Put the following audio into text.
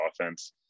offense